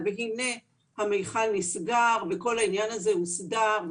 הנה המכל נסגר וכל העניין הזה הוסדר.